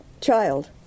child